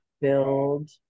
build